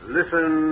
Listen